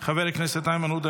חבר הכנסת איימן עודה,